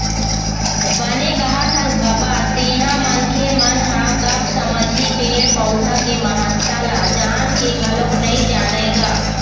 बने कहत हस बबा तेंहा मनखे मन ह कब समझही पेड़ पउधा के महत्ता ल जान के घलोक नइ जानय गा